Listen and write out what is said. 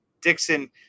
Dixon